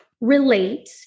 relate